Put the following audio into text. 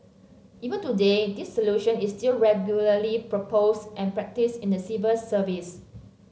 even today this solution is still regularly proposed and practised in the civil service